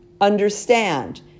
understand